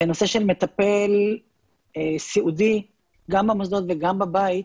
ונושא של מטפל סיעודי גם במוסדות וגם בבית,